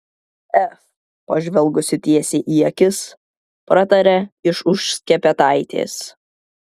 ef pažvelgusi tiesiai į akis pratarė iš už skepetaitės